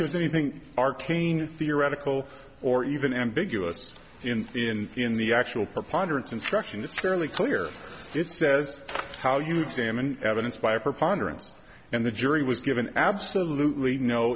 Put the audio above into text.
there's anything arcane theoretical or even ambiguous in the actual preponderance instruction it's fairly clear it says how you examine evidence by a preponderance and the jury was given absolutely no